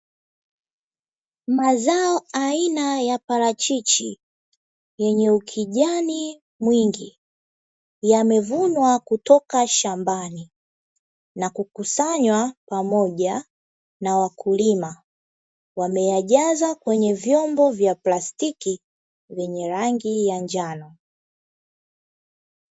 Mazao aina ya parachichi yenye ukijani mwingi, yamevunwa kutoka shambani na kukusanywa pamoja na wakulima, wameyajaza kwenye vyombo vya plastiki vyenye rangi ya njano.